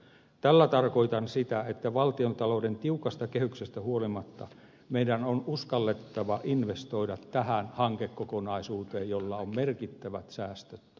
tällä tarkoitan sitä että valtiontalouden tiukasta kehyksestä huolimatta meidän on uskallettava investoida tähän hankekokonaisuuteen jolla on merkittävät säästöt aikaansaatavissa